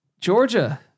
Georgia